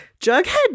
Jughead